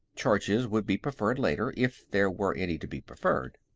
charges would be preferred later, if there were any to be preferred.